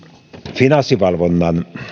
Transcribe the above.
finanssivalvonnan